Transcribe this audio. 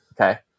Okay